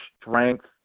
strength